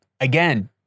Again